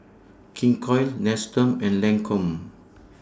King Koil Nestum and Lancome